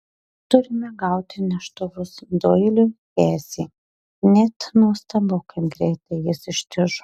turime gauti neštuvus doiliui tęsė net nuostabu kaip greitai jis ištižo